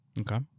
Okay